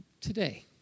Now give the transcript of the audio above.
today